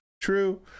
True